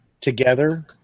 together –